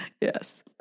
Yes